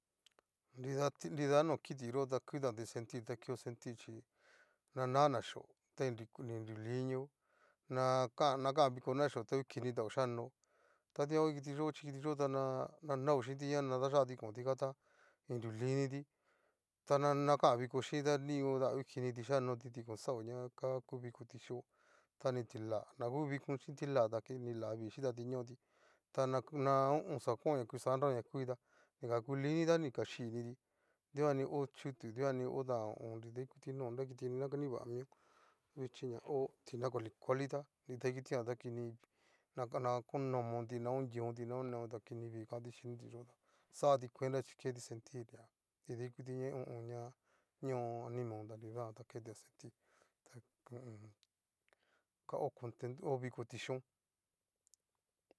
Nrida nridakiti no kiti yo'o ta kutanti sentir ta ku tan mio sentir chí na nana xio ta ni ku nru linio, na kan viko na chio ta ngukinio xikanó, ta dikuan ngo kitiyochí kitiyo na naho chinti ña na dayati kon tikata ni nru lin niti ta na kan viko chínti ta nio xhikanoti dikon xao ña ku vikoti xhio ta ni tila na ho vikon chin tila ta kini la vii xhitati ñoti ta na ho o on. oxa kuan ñakuxhiti oxa danraon ña kuti ta ni nga ku linn ni ti tá ni axhiniti dikanni ho chutu dikan ni hotan ho o on. nridaikuti nó'o kiti nra nivamion, vichi ña ho tina kuali kuali tá nrida kitijan ta kini vii na konomaonti, na konrionti, na oneonti, ta kinivii kanti shinitiyó ta xati cuenta chí keti sentir ña nridaikuti ho o on. ña alimaon ta nidajan ta ketia sentir, ta ho o on. ka o kontento ho vikoti xhión.